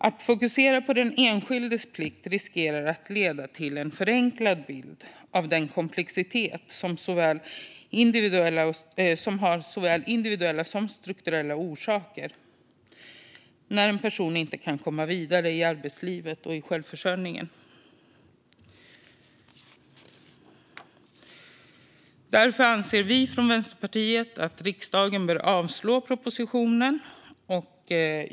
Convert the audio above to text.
Att fokusera på den enskildes plikt riskerar att leda till en förenklad bild av den komplexitet som har såväl individuella som strukturella orsaker och som ligger bakom att en person inte kan komma vidare in i arbetslivet och självförsörjningen. Därför anser vi från Vänsterpartiet att riksdagen bör avslå propositionen.